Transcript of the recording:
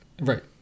Right